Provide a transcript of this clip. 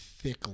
Thick